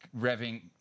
revving